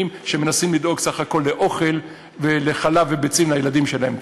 שמנסים לדאוג בסך הכול לאוכל ולחלב וביצים לילדים שלהם.